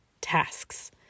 tasks